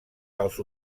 pels